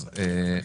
אז א',